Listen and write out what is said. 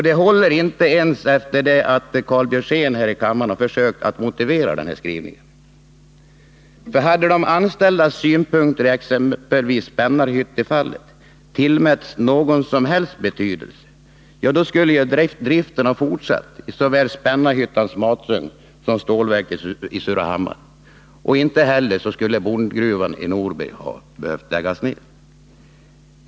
Det håller inte heller efter det att Karl Björzén försökt motivera skrivningen. Hade de anställdas synpunkter i exempelvis Spännarhyttefallet tillmätts någon som helst betydelse, ja, då skulle driften ha fortsatt i såväl Spännarhyttans masugn som stålverket i Surahammar, och Bondgruvan i Norberg skulle inte heller ha behövat läggas ner.